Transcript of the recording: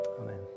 Amen